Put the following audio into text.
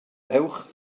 ewch